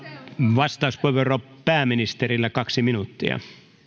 vastauspuheenvuoro pääministerillä kaksi minuuttia